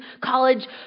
College